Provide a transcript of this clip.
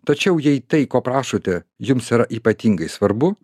tačiau jei tai ko prašote jums yra ypatingai svarbu